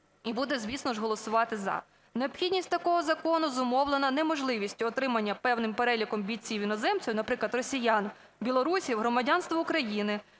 і буде, звісно, голосувати "за". Необхідність такого закону зумовлена неможливістю отримання певним переліком бійців-іноземців, наприклад, росіян, білорусів громадянства України